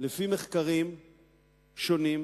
לפי מחקרים שונים,